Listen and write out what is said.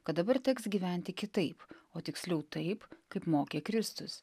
kad dabar teks gyventi kitaip o tiksliau taip kaip mokė kristus